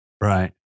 Right